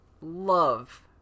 love